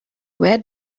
where